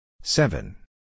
Seven